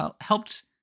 helped